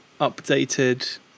updated